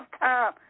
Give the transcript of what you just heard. time